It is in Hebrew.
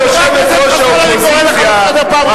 חבר הכנסת חסון, אני קורא אותך לסדר פעם ראשונה.